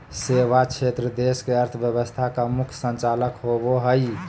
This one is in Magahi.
सेवा क्षेत्र देश के अर्थव्यवस्था का मुख्य संचालक होवे हइ